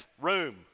room